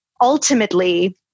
ultimately